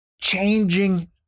changing